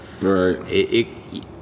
right